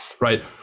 right